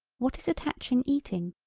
what is attaching eating,